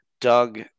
Doug